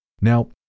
Now